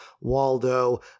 Waldo